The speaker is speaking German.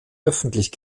öffentlich